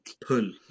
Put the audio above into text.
pull